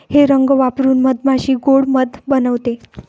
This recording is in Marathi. हे रंग वापरून मधमाशी गोड़ मध बनवते